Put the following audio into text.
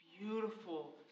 beautiful